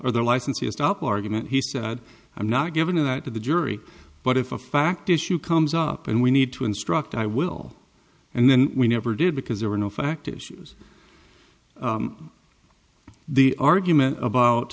or their license to stop argument he said i'm not giving that to the jury but if a fact issue comes up and we need to instruct i will and then we never did because there were no fact issues the argument about